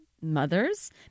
Mothers